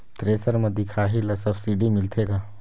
Thresher म दिखाही ला सब्सिडी मिलथे का?